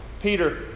Peter